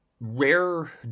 rare